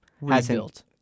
Rebuilt